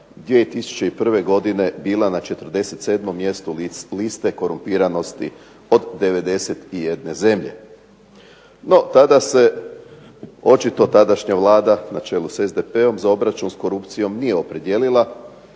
2001. godine bila na 47. mjestu liste korumpiranosti od 91 zemlje. No, tada se očito tadašnja Vlada na čelu s SDP-om za obračun s korupcijom nije opredijelila,